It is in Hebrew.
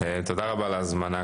קודם כל, תודה רבה על ההזמנה.